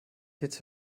jetzt